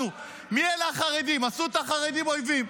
על חוק המעונות.